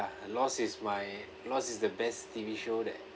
lost is my lost is the best T_V show that